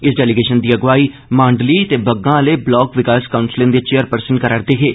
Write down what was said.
इस डेलीगेशन दी अगुवाई मांडली ते बग्गां आहले ब्लाक विकास काउंसलें दे चेयरपर्सन करा'रदे हे